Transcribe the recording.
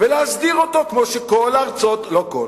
ולהסדיר אותו כמו שכל ארצות, לא כל,